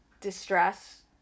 distress